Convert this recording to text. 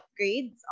upgrades